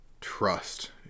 trust